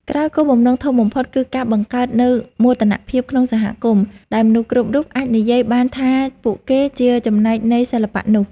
ហើយគោលបំណងធំបំផុតគឺការបង្កើតនូវមោទនភាពក្នុងសហគមន៍ ដែលមនុស្សគ្រប់រូបអាចនិយាយបានថាពួកគេជាចំណែកនៃសិល្បៈនោះ។